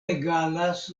egalas